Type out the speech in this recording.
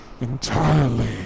entirely